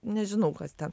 nežinau kas ten